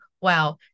wow